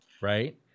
right